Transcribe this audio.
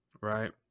right